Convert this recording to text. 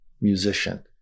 musician